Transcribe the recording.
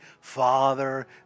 Father